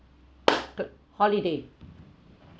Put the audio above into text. the holiday